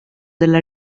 della